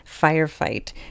firefight